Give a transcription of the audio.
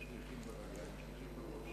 בבקשה,